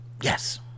Yes